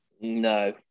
No